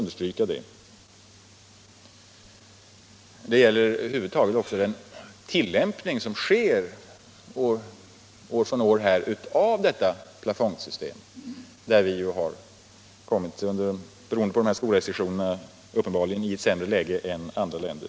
Detta gäller över huvud taget vad avser den tillämpning som sker år från år av detta plafondsystem, där vi — beroende på de här skorestriktionerna — uppenbarligen har kommit i ett sämre läge än andra länder.